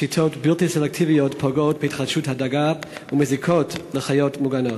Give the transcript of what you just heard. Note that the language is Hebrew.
שיטות בלתי סלקטיביות פוגעות בהתחדשות הדגה ומזיקות לחיות מוגנות.